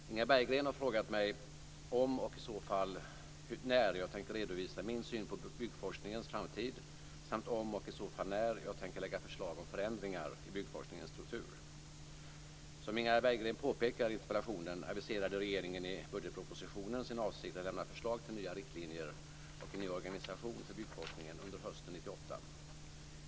Fru talman! Inga Berggren har frågat mig om och i så fall när jag tänker redovisa min syn på byggforskningens framtid samt om och i så fall när jag tänker lägga fram förslag om förändringar i byggforskningens struktur. Som Inga Berggren påpekar i interpellationen aviserade regeringen i budgetpropositionen sin avsikt att lämna förslag till nya riktlinjer och en ny organisation för byggforskningen under hösten 1998.